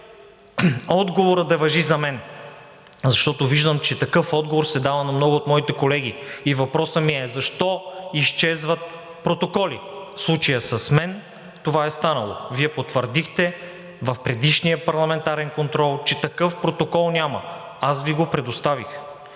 отговорът да важи за мен, защото виждам, че такъв отговор се дава на много от моите колеги. Въпросът ми е: защо изчезват протоколи? В случая с мен това е станало. Вие потвърдихте в предишния парламентарен контрол, че такъв протокол няма. Аз Ви го предоставих.